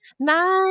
nine